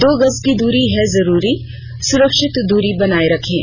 दो गज की दूरी है जरूरी सुरक्षित दूरी बनाए रखें